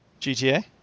gta